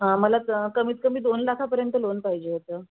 हां मला क कमीत कमी दोन लाखापर्यंत लोन पाहिजे होतं